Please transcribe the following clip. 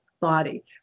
body